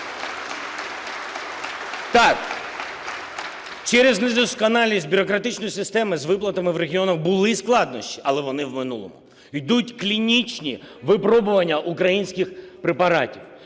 Так, через недосконалість бюрократичної системи з виплатами в регіонах були складнощі, але вони в минулому. Йдуть клінічні випробування українських препаратів,